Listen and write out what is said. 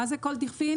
מה זה כל דכפין?